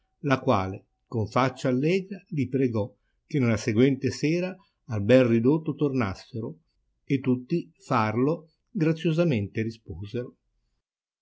la quale con faccia allegra li pregò che nella seguente sera al bel ridotto tornassero e tutti farlo graziosamente risposero